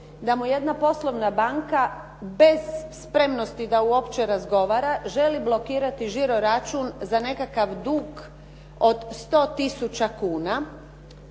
da mi jedna poslovna banka bez spremnosti da uopće razgovara, želi blokirati žiro račun za nekakav dug od 100 tisuća kuna,